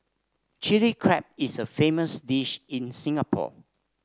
Chilli Crab is a famous dish in Singapore